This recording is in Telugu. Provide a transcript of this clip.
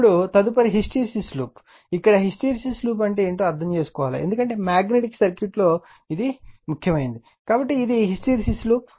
ఇప్పుడు తదుపరిది హిస్టిరిసిస్ లూప్ ఇక్కడ హిస్టెరిసిస్ లూప్ అంటే ఏమిటో అర్థం చేసుకోవాలి ఎందుకంటే మాగ్నెటిక్ సర్క్యూట్ దీనిని చూస్తుంది కాబట్టి ఇది హిస్టెరిసిస్ లూప్